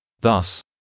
Thus